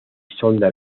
sonda